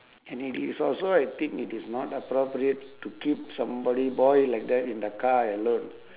and it is also I think it is not appropriate to keep somebody boy like that in the car alone